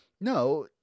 No